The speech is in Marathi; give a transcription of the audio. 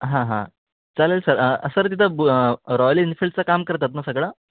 हां हां चालेल सर सर तिथं ब रॉयल एन्फिल्डचं काम करतात ना सगळं